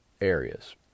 areas